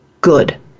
good